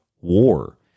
war